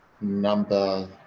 number